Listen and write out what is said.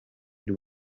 y’u